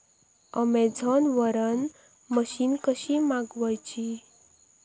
Amazon वरन machine कशी मागवची?